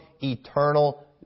eternal